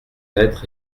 être